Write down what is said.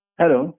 Hello